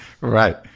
Right